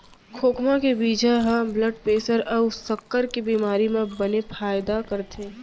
खोखमा के बीजा ह ब्लड प्रेसर अउ सक्कर के बेमारी म बने फायदा करथे